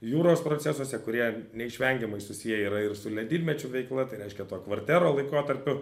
jūros procesuose kurie neišvengiamai susiję yra ir su ledynmečių veikla tai reiškia to kvartero laikotarpiu